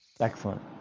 Excellent